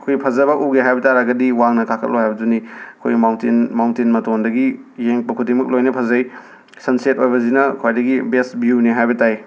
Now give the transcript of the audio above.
ꯑꯩꯈꯣꯏ ꯐꯖꯕ ꯎꯒꯦ ꯍꯥꯏꯕ ꯇꯥꯔꯒꯗꯤ ꯋꯥꯡꯅ ꯀꯥꯈꯠꯂꯣ ꯍꯥꯏꯕꯗꯨꯅꯤ ꯑꯩꯈꯣꯏ ꯃꯥꯎꯟꯇꯦꯟ ꯃꯥꯎꯟꯇꯦꯟ ꯃꯇꯣꯟꯗꯒꯤ ꯌꯦꯡꯉꯛꯄ ꯈꯨꯗꯤꯡꯃꯛ ꯂꯣꯏꯅ ꯐꯖꯩ ꯁꯟꯁꯦꯠ ꯑꯣꯏꯕꯁꯤꯅ ꯈ꯭ꯋꯥꯏꯗꯒꯤ ꯕꯦꯁ ꯕ꯭ꯌꯨꯅꯦ ꯍꯥꯏꯕ ꯇꯥꯏ